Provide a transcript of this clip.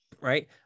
right